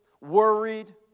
worried